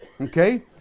Okay